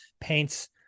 paints